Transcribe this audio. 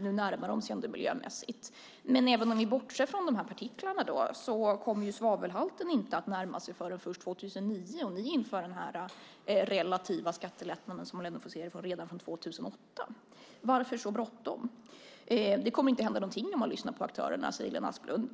Nu närmar de sig varandra miljömässigt. Men även om ni bortser från de här partiklarna kommer svavelhalten inte att närma sig förrän först 2009. Ni inför den relativa skattelättnaden, som man ändå får se det som, redan från 2008. Varför så bråttom? Det kommer inte att hända någonting enligt aktörerna, säger Lena Asplund.